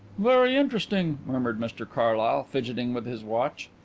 very interesting, murmured mr carlyle, fidgeting with his watch.